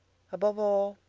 above all,